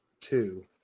two